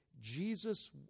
Jesus